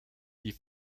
die